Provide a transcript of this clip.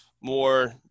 more